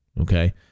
okay